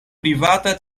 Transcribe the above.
privata